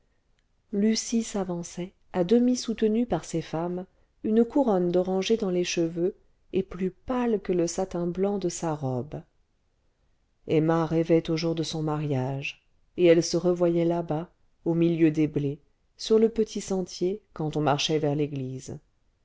lucie s'avançait à demi soutenue par ses femmes une couronne d'oranger dans les cheveux et plus pâle que le satin blanc de sa robe emma rêvait au jour de son mariage et elle se revoyait làbas au milieu des blés sur le petit sentier quand on marchait vers l'église